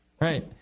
Right